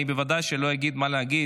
אני בוודאי שלא אגיד מה להגיד,